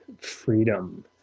freedom